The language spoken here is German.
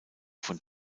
von